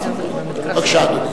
בבקשה, אדוני.